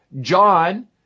John